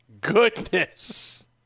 goodness